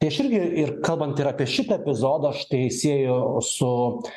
tai aš irgi ir kalbant ir apie šitą epizodą aš tai sieju su